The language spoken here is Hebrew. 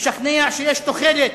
לשכנע שיש תוחלת,